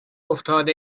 افتاده